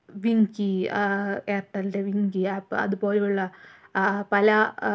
Winky എയര്ട്ടെൽന്റെ Wynk app അതുപോലുള്ള പല